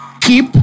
keep